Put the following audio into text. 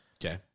Okay